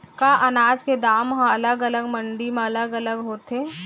का अनाज के दाम हा अलग अलग मंडी म अलग अलग होथे?